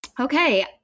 Okay